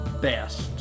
best